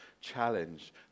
challenge